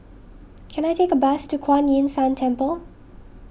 can I take a bus to Kuan Yin San Temple